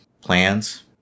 plans